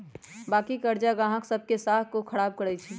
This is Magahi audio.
बाँकी करजा गाहक सभ के साख को खराब करइ छै